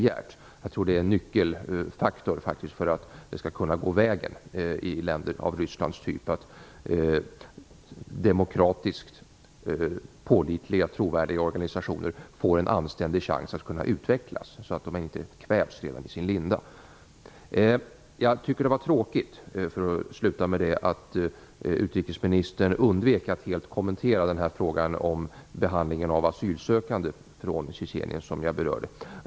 Jag tror faktiskt att det är en nyckelfaktor för att det skall kunna gå vägen i länder av Rysslands typ, så att demokratiskt pålitliga och trovärdiga organisationer får en anständig chans att utvecklas och inte kvävs redan i sin linda. Jag tycker att det var tråkigt att utrikesministern helt undvek att kommentera den fråga om behandlingen av asylsökande från Tjetjenien som jag berörde.